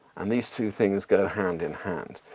and these two things go hand in hand.